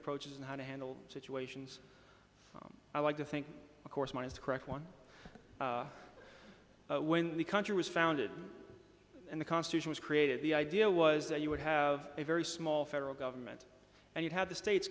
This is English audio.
approaches and how to handle situations i like to think of course mine is the correct one when we country was founded and the constitution was created the idea was that you would have a very small federal government and you had the states